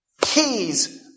keys